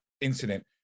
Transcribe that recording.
incident